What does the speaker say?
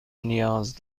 نیاز